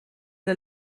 der